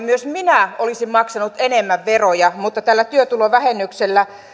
myös minä olisin maksanut enemmän veroja mutta tällä työtulovähennyksellä